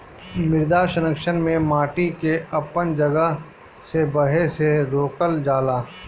मृदा संरक्षण में माटी के अपन जगह से बहे से रोकल जाला